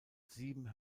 sieben